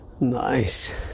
nice